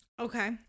Okay